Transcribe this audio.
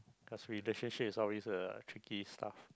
because relationship is also uh tricky stuff